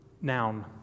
noun